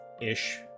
ish